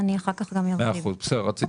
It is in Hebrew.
אני חושב